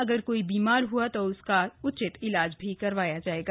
अगर कोई बीमार हुआ तो उसका उचित इलाज करवाया जाएगा